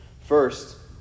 First